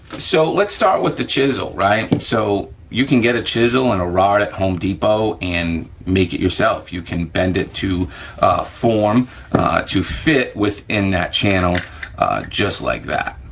so, let's start with the chisel, right? so you can get a chisel and a rod at home depot and make it yourself, you can bend it to form to fit within that channel just like that,